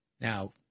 Now